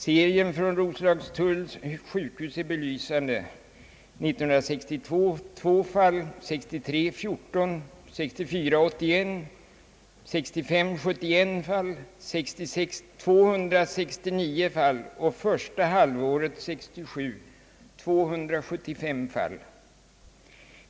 Serien från Roslagstulls sjukhus är belysande: år 1962 2 fall, år 1963 14, år 1964 81, år 1965 71, år 1966 269 och första halvåret 1967 275 fall.